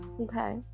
okay